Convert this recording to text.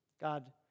God